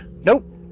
Nope